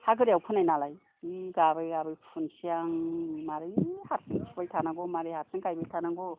हा गोरायाव फोनाय नालाय जि गाबै गाबै फुनसै आं मारै हारसिं फुबाय थांनांगौ मारै हारसिं गायबाय थांनांगौ